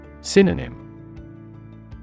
Synonym